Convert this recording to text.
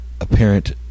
apparent